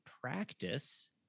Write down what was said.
practice